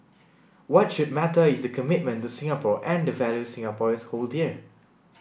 what should matter is the commitment to Singapore and the values Singaporeans hold dear